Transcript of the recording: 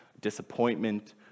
disappointment